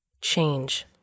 Change